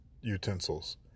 utensils